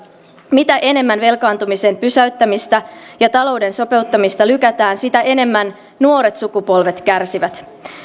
mitä enemmän velkaantumisen pysäyttämistä ja talouden sopeuttamista lykätään sitä enemmän nuoret sukupolvet kärsivät